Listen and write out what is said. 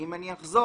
אם אני אחזור,